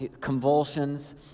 convulsions